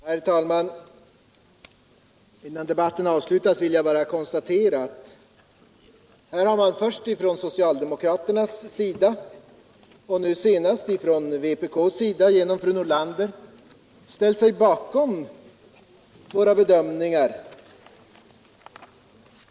Herr talman! Innan debatten avslutas vill jag bara konstatera att man först från socialdemokraternas sida och nu senast från vpk fru Nordlander ställt sig bakom våra bedömningar.